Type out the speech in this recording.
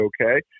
Okay